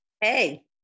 hey